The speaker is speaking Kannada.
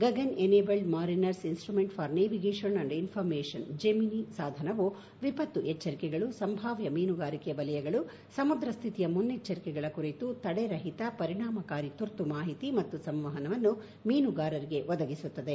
Gagan enabled mariners instrument for navigation and information Gemini ಸಾಧನವು ವಿಪತ್ತು ಎಚ್ಚರಿಕೆಗಳು ಸಂಭಾವ್ಯ ಮೀನುಗಾರಿಕೆ ವಲಯಗಳು ಸಮುದ್ರ ಸ್ಥಿತಿಯ ಮುನ್ನೆಚ್ಚರಿಕೆಗಳ ಕುರಿತು ತಡೆರಹಿತ ಪರಿಣಾಮಕಾರಿ ತುರ್ತು ಮಾಹಿತಿ ಮತ್ತು ಸಂವಹನವನ್ನು ಮೀನುಗಾರರಿಗೆ ಒದಗಿಸುತ್ತದೆ